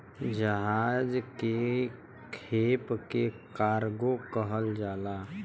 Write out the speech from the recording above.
जहाज के खेप के कार्गो कहल जाला